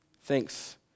Thanks